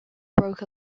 broke